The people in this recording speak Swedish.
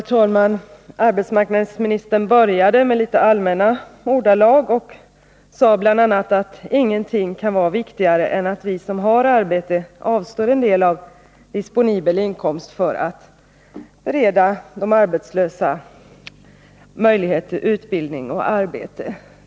Herr talman! Arbetsmarknadsministern började med att tala i litet allmänna ordalag och sade att ingenting kan vara viktigare än att vi som har arbete avstår en del av vår disponibla inkomst för att bereda de arbetslösa möjlighet till utbildning och arbete.